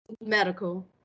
medical